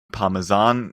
parmesan